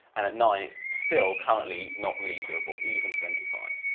and at nine still currently not really doable, even for m d five,